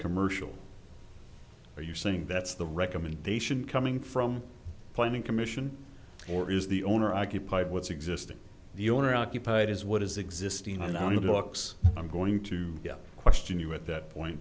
commercial are you saying that's the recommendation coming from planning commission or is the owner occupied what's existing the owner occupied is what his existing one hundred looks i'm going to question you at that point